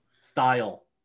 style